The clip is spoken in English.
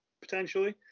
potentially